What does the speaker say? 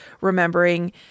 remembering